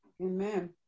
Amen